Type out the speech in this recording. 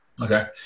Okay